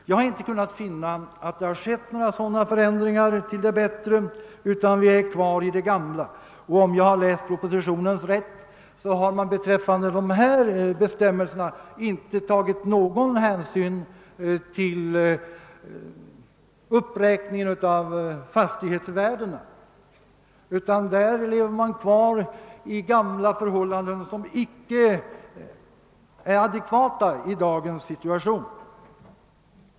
Jag har inte kunnat finna att det skett några sådana förändringar till det bättre, utan vi är kvar i det gamla. Om jag läst propositionen rätt, har man beträffande dessa bestämmelser inte tagit någon hänsyn till uppräkningen av fastighetsvärdena. Man lever kvar i gamla förhållanden, som icke är adekvata i dagens situation.